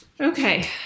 Okay